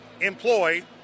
employed